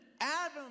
Adam